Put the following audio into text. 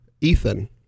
Ethan